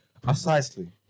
Precisely